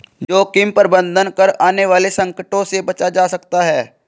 जोखिम प्रबंधन कर आने वाले संकटों से बचा जा सकता है